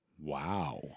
Wow